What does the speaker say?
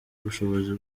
ubushobozi